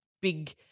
big